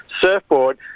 surfboard